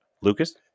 Lucas